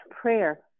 prayer